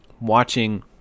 watching